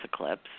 eclipse